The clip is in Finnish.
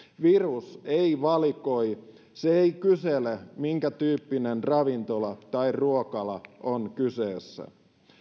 virus ei valikoi se ei kysele minkä tyyppinen ravintola tai ruokala on kyseessä